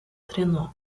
trenó